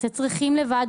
עושה צרכים לבד.